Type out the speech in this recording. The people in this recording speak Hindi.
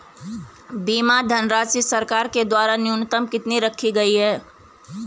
बीमा धनराशि सरकार के द्वारा न्यूनतम कितनी रखी गई है?